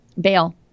bail